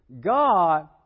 God